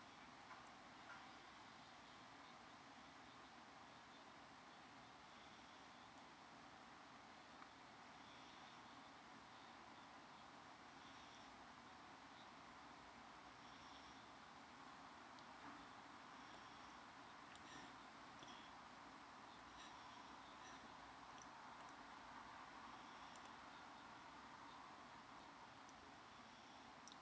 err k pay